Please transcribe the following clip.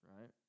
right